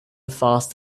fast